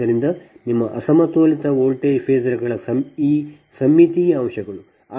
ಆದ್ದರಿಂದ ನಿಮ್ಮ ಅಸಮತೋಲಿತ ವೋಲ್ಟೇಜ್ ಫೇಸರ್ ಗಳ ಈ ಸಮ್ಮಿತೀಯ ಅಂಶಗಳು